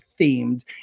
themed